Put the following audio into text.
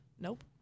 Nope